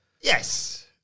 Yes